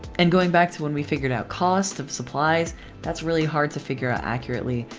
and going back to when we figured out cost of supplies that's really hard to figure out accurately.